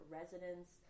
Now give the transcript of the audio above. residents